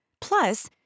Plus